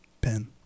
Pen